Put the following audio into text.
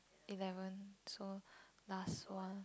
eleven so last one